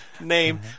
name